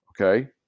okay